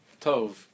Tov